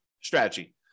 strategy